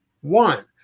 one